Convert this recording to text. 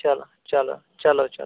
چلو چلو چلو چلو